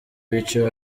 biciwe